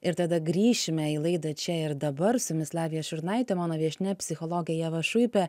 ir tada grįšime į laida čia ir dabar su jumis lavija šurnaitė mano viešnia psichologė ieva šuipė